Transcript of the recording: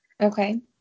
Okay